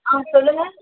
ஆ சொல்லுங்க